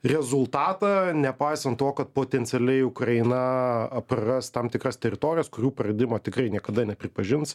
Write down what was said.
rezultatą nepaisant to kad potencialiai ukraina praras tam tikras teritorijas kurių praradimo tikrai niekada nepripažins